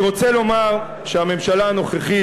אני רוצה לומר שהממשלה הנוכחית,